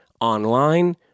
online